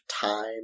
time